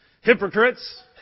hypocrites